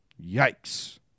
Yikes